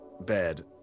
bed